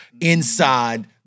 inside